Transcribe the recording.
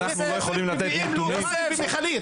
מביאים לבית ספר מים במכלית.